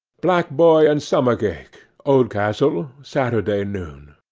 black boy and stomach-ache, oldcastle, saturday noon.